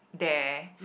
there